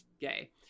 gay